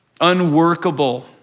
unworkable